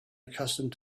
accustomed